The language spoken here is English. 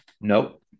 Nope